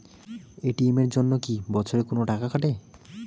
ATM এর জন্যে কি বছরে কোনো টাকা কাটে?